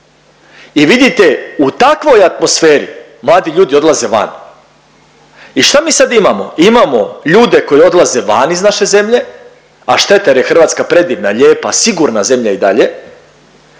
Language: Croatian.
I vidite u takvoj atmosferi mladi ljudi odlaze van. I šta mi sad imamo? Imamo ljude koji odlaze van i naše zemlje, a šteta jer je Hrvatska predivna, lijepa, sigurna zemlja i dalje